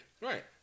Right